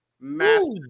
Massive